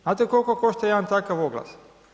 Znate kolko košta jedan takav oglas?